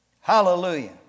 Hallelujah